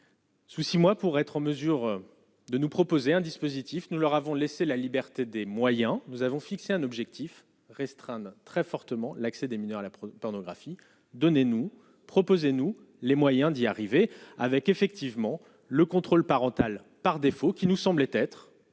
Sous 6 mois pour être en mesure de nous proposer un dispositif, nous leur avons laissé la liberté des moyens, nous avons fixé un objectif : restreindre très fortement l'accès des mineurs à la pornographie, donnez-nous proposez-nous les moyens d'y arriver avec effectivement le contrôle parental par défaut qui nous semblait être,